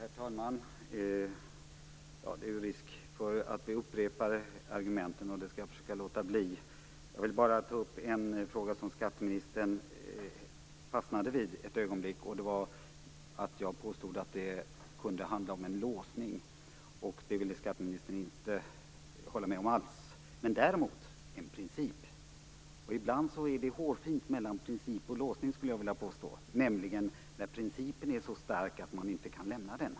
Herr talman! Det är risk för att vi upprepar argumenten, men jag skall försöka låta bli det. Jag vill bara ta upp en fråga som skatteministern fastnade vid ett ögonblick. Jag påstod att det kunde handla om en låsning. Det ville skatteministern inte alls hålla med om. Däremot var det en princip. Jag skulle vilja påstå att det ibland är hårfint mellan princip och låsning, nämligen när principen är så stark att man inte kan lämna den.